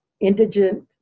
indigent